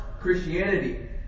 Christianity